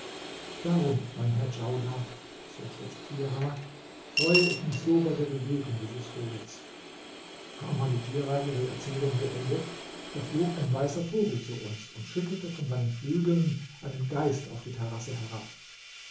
darum mein herr djaudar so schloß djirah freute ich mich so bei der bewegung dieses vogels kaum hatte djirah ihre erzählung beendet da flog ein weißer vogel zu uns und schüttelte von seinen flügeln einen geist auf die terrasse herab